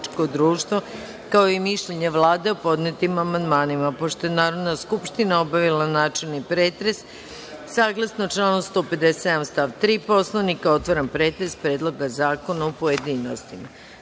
kao i mišljenje Vlade o podnetim amandmanima. Pošto je Narodna skupština obavila načelni pretres, saglasno članu 157. stav 3. Poslovnika, otvaram pretres Predloga zakona u pojedinostima. Na